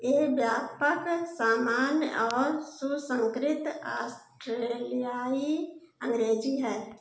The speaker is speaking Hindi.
ए व्यापक सामान्य और सुसंस्कृत ऑस्ट्रेलियाई अंग्रेजी है